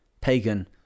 Pagan